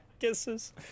Kisses